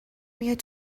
میاد